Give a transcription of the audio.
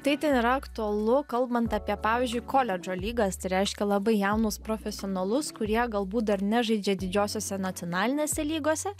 tai ten yra aktualu kalbant apie pavyzdžiui koledžo lygas tai reiškia labai jaunus profesionalus kurie galbūt dar nežaidžia didžiosiose nacionalinėse lygose